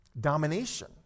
domination